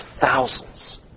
thousands